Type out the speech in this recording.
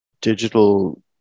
digital